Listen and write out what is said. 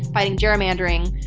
fighting gerrymandering,